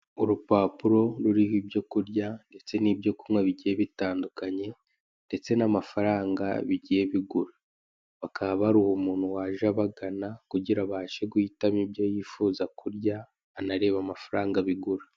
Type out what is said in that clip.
Urupapuro ruriho ibyo kurya ndetse n'ibyo kunywa bigiye bitandukanye ndetse n'amafaranga bigiye bigura, bakaba baruha umuntu waje abagana kugirango abashe guhitamo ibyo yifuza kurya anarebe amafaranga bigura.